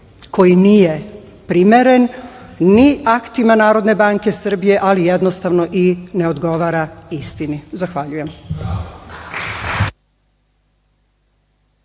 koji nije primeren ni aktima NBS, ali jednostavno, ne odgovara istini. Zahvaljujem.